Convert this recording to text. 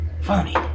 Funny